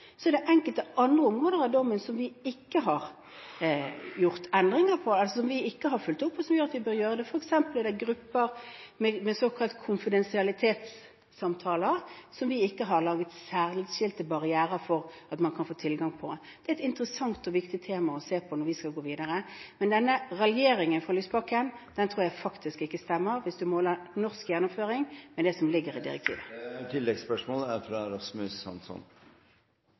Så er det enkelte andre områder av dommen som vi ikke har gjort endringer på – som vi ikke har fulgt opp, og som gjør at vi bør gjøre det. For eksempel er det grupper med såkalt konfidensialitetssamtaler som vi ikke har laget særskilte barrierer for at man kan få tilgang til. Det er et interessant og viktig tema å se på når vi skal gå videre. Denne raljeringen fra Lysbakken tror jeg faktisk ikke stemmer hvis man måler norsk gjennomføring med det som ligger i direktivet.